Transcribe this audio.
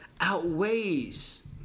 outweighs